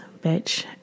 bitch